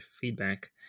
feedback